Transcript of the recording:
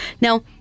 Now